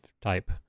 type